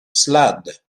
slade